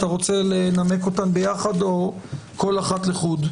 אתה רוצה לנמק אותן יחד או כל אחת לחוד?